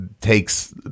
takes